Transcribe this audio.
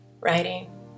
writing